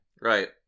Right